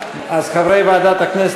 ועדת העבודה